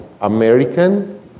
American